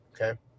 Okay